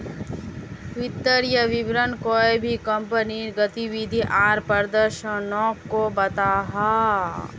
वित्तिय विवरण कोए भी कंपनीर गतिविधि आर प्रदर्शनोक को बताहा